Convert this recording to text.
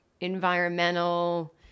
environmental